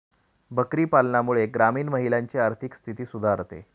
बकरी पालनामुळे ग्रामीण महिलांची आर्थिक स्थिती सुधारते